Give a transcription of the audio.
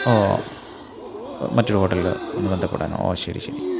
ഓ മറ്റൊരു ഹോട്ടലിൽ ഒന്ന് ബന്ധപ്പെടാനോ ഓ ശരി ശരി